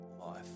life